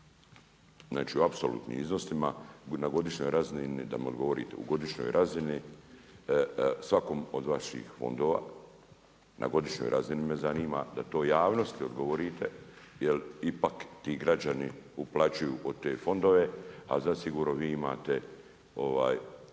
znači u apsolutnim iznosima na godišnjoj razini i da mi odgovorite u godišnjoj razini svakom od vaših fondova, na godišnjoj razini me zanima, da to javnosti odgovore, jer ipak ti građani uplaćuju u te fondove, a zasigurno vi imate